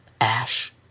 Ash